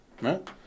right